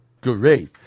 Great